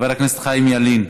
חבר הכנסת חיים ילין